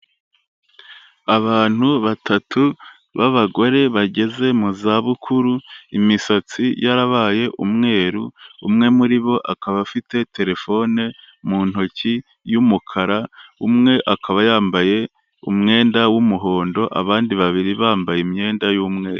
Abantu batatu b'abagore bageze mu zabukuru imisatsi yarabaye umweru, umwe muri bo akaba afite terefone mu ntoki y'umukara, umwe akaba yambaye umwenda w'umuhondo, abandi babiri bambaye imyenda y'umweru.